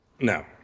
No